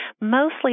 mostly